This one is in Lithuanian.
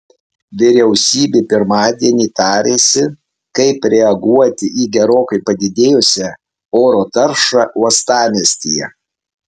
vyriausybė pirmadienį tarėsi kaip reaguoti į gerokai padidėjusią oro taršą uostamiestyje